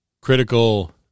critical